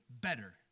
better